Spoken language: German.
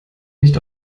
nicht